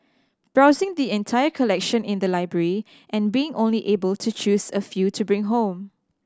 browsing the entire collection in the library and being only able to choose a few to bring home